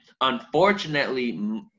Unfortunately